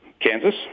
Kansas